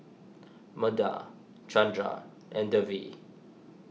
Medha Chandra and Devi